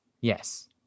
Yes